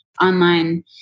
Online